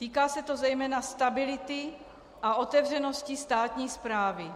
Týká se to zejména stability a otevřenosti státní správy.